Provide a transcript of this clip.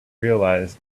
realize